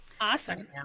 Awesome